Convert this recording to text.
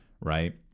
right